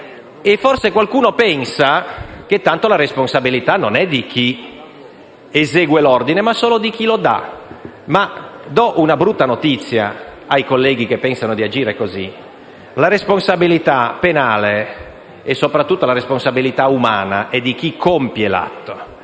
Forse qualcuno pensa che tanto la responsabilità non è di chi esegue l'ordine, ma solo di chi lo dà. Do allora una brutta notizia ai colleghi che pensano di agire così: la responsabilità penale e soprattutto la responsabilità umana è di chi compie l'atto.